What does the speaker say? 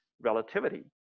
relativity